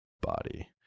body